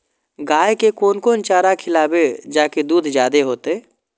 गाय के कोन कोन चारा खिलाबे जा की दूध जादे होते?